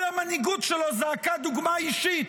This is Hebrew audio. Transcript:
כל המנהיגות שלו זעקה דוגמה אישית.